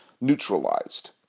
neutralized